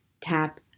tap